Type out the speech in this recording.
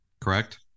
correct